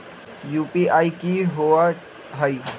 UPI कि होअ हई?